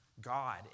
God